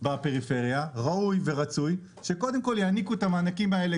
בפריפריה רצוי שקודם כול יעניקו את המענקים האלה